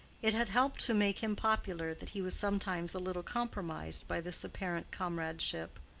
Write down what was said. it had helped to make him popular that he was sometimes a little compromised by this apparent comradeship.